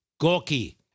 Gorky